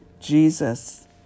Jesus